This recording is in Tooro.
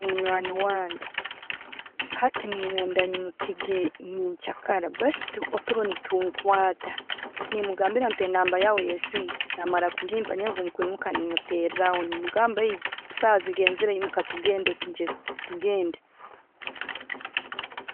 Munywani wange hati nenyenda nyimukege nyenkyara baitu oturo netunkwata, nemugambira mpa enamba yawe ye'esimu. Namara kugimpa, nyonwe bwenkwimuka nemutereraho nemugamba eiwe saaha zigenzere, emuka tugende tugye, tugende.